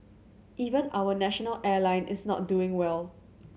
even our national airline is not doing well